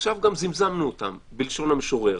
עכשיו גם "זמזמנו" אותם, בלשון המשורר.